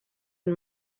and